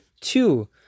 two